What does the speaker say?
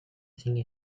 single